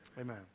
Amen